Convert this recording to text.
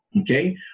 Okay